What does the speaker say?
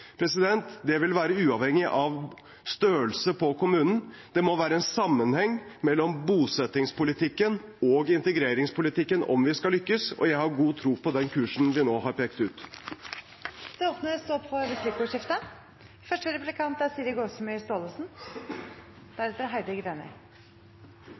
Det vil være uavhengig av størrelsen på kommunen. Det må være en sammenheng mellom bosettingspolitikken og integreringspolitikken om vi skal lykkes, og jeg har god tro på den kursen vi nå har pekt ut. Det blir replikkordskifte.